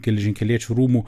geležinkeliečių rūmų